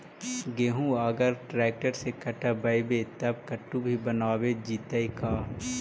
गेहूं अगर ट्रैक्टर से कटबइबै तब कटु भी बनाबे जितै का?